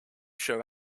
show